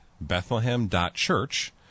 Bethlehem.Church